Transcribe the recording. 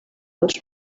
units